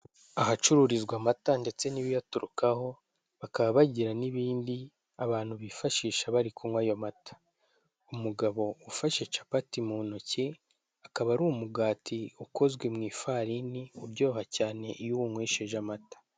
Ahacururizwa amata ndetse n'ibiyaturukaho bakaba bagira n'ibindi abantu bifashisha bari kunywa ayo mata, umugabo ufashe capati mu ntoki akaba ari umugati ukozwe mu ifarini uryoha cyane iyo uwunywesheje amata.